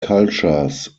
cultures